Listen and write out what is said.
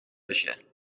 بشه